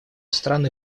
страны